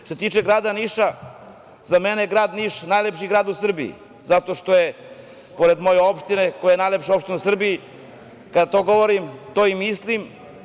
Što se tiče grada Niša, za mene je grad Niš najlepši grad u Srbiji, zato što je, pored moje opštine, koja je najlepša opština u Srbiji, kada to govorim to i mislim.